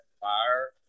fire